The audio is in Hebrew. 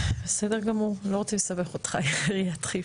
בסדר גמור, לא רוצים לסבך אותך עם עיריית חיפה.